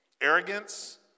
Arrogance